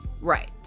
Right